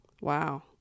Wow